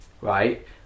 right